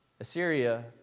Assyria